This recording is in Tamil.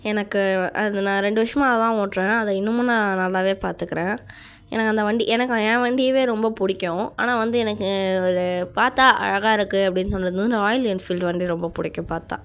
எனக்கு அது நான் ரெண்டு வருஷமாக அதுதான் ஓட்டுறேன் அதை இன்னுமும் நான் நல்லாவே பார்த்துக்குறேன் எனக்கு அந்த வண்டி எனக்கு என் வண்டியவே ரொம்ப பிடிக்கும் ஆனால் வந்து எனக்கு ஒரு பார்த்தா அழகாக இருக்குது அப்படினு சொல்கிறது வந்து ராயல் என்ஃபீல்ட் வண்டி ரொம்ப பிடிக்கும் பார்த்தா